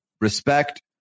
respect